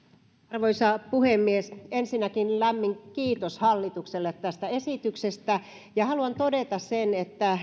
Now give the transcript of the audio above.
arvoisa puhemies ensinnäkin lämmin kiitos hallitukselle tästä esityksestä haluan todeta sen että